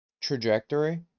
Trajectory